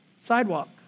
sidewalk